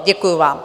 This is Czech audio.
Děkuju vám.